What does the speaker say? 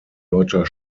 deutscher